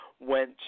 went